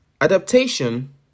adaptation